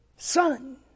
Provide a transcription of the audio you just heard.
Son